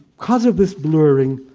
because of this blurring,